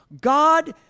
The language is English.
God